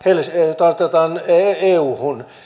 otetaan euhun